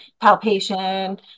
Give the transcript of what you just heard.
palpation